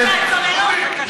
והצוללות.